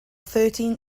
thirteen